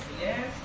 yes